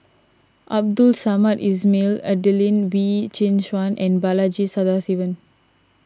Abdul Samad Ismail Adelene Wee Chin Suan and Balaji Sadasivan